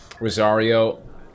Rosario